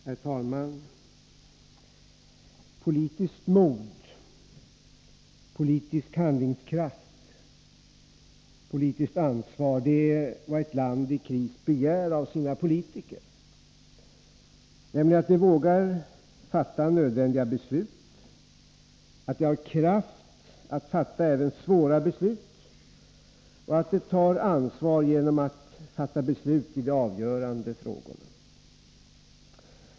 Herr talman! Politiskt mod, politisk handlingskraft, politiskt ansvar — det är vad ett land i kris begär av sina politiker; nämligen att de vågar fatta nödvändiga beslut, att de har kraft att fatta även svåra beslut och att de tar ansvar genom att fatta beslut i de avgörande frågorna.